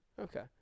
Okay